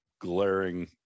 glaring